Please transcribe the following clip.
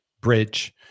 bridge